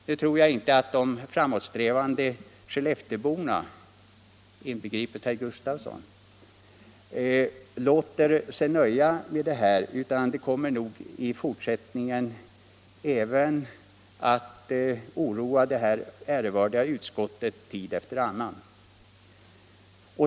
Nu tror jag inte att de framåtsträvande Skellefteborna, inbegripet herr Gustafsson, låter sig nöja med detta utan de kommer nog även i fortsättningen att oroa detta ärevördiga utskott tid efter annan.